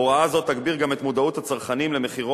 הוראה זו תגביר גם את מודעות הצרכנים למחירו